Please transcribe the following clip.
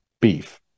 beef